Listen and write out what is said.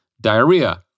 diarrhea